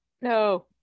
no